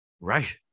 right